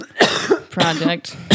project